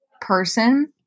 person